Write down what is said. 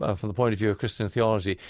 ah from the point of view of christian theology,